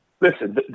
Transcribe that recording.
listen